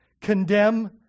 Condemn